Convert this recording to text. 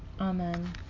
Amen